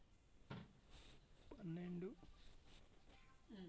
నేలలను ఎన్ని రకాలుగా విభజించారు?